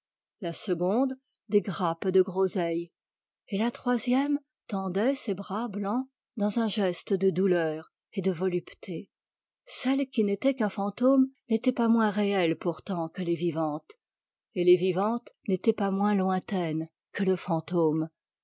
la seconde des grappes de groseilles et la troisième tendait ses bras nus dans un geste de douleur et de volupté celle qui n'était qu'un fantôme n'était pas moins réelle que les vivantes et les vivantes n'étaient pas moins lointaines que le fantôme